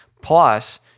plus